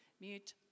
Mute